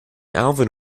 alvin